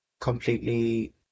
completely